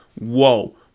whoa